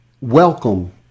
welcome